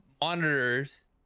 monitors